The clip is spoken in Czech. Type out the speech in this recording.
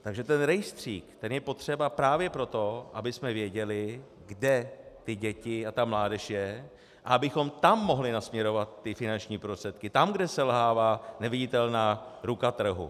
Takže rejstřík je potřeba právě proto, abychom věděli, kde děti a mládež je a abychom tam mohli nasměrovat finanční prostředky, tam, kde selhává neviditelná ruka trhu.